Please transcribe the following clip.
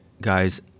guys